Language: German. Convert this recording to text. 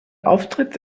auftritt